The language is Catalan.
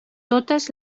totes